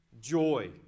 joy